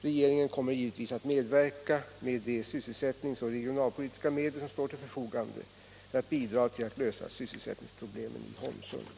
Regeringen kommer givetvis att medverka med de sysselsättningsoch regionalpolitiska medel som står till förfogande för att bidra till att lösa sysselsättningsproblemen i Holmsund.